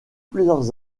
plusieurs